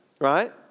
right